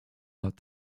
out